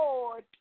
Lord